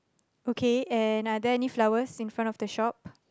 okay and are there any flowers in front of the shop